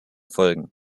folgen